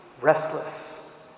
Restless